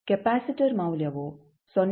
capacitor ಮೌಲ್ಯವು 0